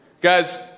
Guys